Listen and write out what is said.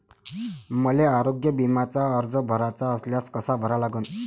मले आरोग्य बिम्याचा अर्ज भराचा असल्यास कसा भरा लागन?